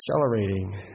accelerating